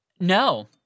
No